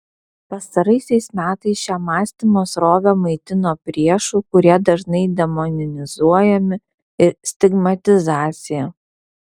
pastaraisiais metais šią mąstymo srovę maitino priešų kurie dažnai demonizuojami stigmatizacija